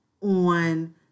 on